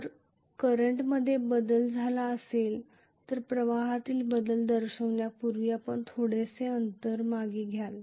जर करंटमध्ये बदल झाला असेल तर प्रवाहातील बदल दर्शविण्यापूर्वी आपण थोडासा अंतर मागे घ्याल